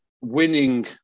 winning